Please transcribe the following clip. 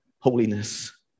holiness